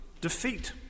defeat